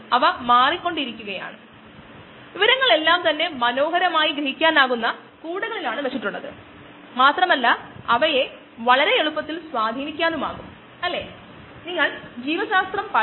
ഇത് ഒരു ചെറിയ ബയോ റിയാക്ടറാണെങ്കിൽ നമുക്ക് മുഴുവൻ ബയോ റിയാക്ടറേയും ഒരു ഓട്ടോക്ലേവ് എന്ന് വിളിക്കാവുന്ന ഒന്നിന്റെ ഉള്ളിൽ വെക്കാൻ കഴിയും അത് നമ്മൾ നേരത്തെ സൂചിപ്പിച്ച അവസ്ഥകളിലേക്ക് എത്താൻ സഹായിക്കുന്നു 121 ഡിഗ്രി സി ചെറുതായി ഉയർന്ന മർദ്ദം നീരാവി ഈ കണ്ടിഷനിൽ മാത്രമേ നിലനിൽകുകയുള്ളു നിങ്ങൾ തെർമോ ഡൈനാമിക്സ് ഓർക്കുന്നുണ്ടെകിൽ